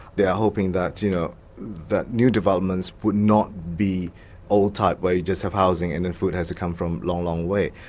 they are hoping that you know that new developments would not be old-type where you just have housing and then food has to come from a long way